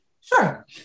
Sure